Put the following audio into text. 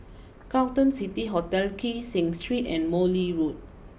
Carlton City Hotel Kee Seng Street and Morley Road